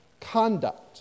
conduct